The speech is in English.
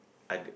other